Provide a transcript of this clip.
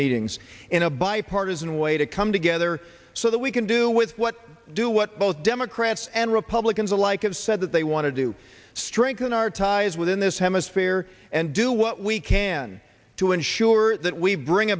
meetings in a bipartisan way to come together so that we can do with what do what both democrats and republicans alike have said that they want to do strengthen our ties within this hemisphere and do what we can to ensure that we bring